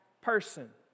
person